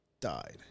died